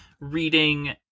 reading